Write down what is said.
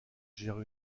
gère